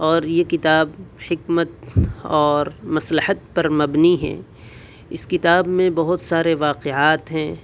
اور یہ كتاب حکمت اور مصلحت پر منبی ہے اس کتاب میں بہت سارے واقعات ہیں